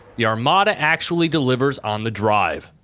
the armada actually delivers on the drive.